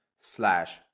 slash